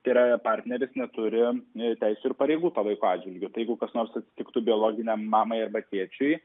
tai yra partneris neturi teisių ir pareigų to vaiko atžvilgiu tai jeigu kas nors atsitiktų biologinei mamai arba tėčiui